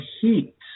heat